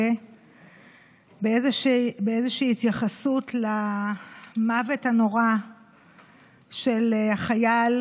קודם כול באיזושהי התייחסות למוות הנורא של החייל,